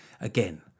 again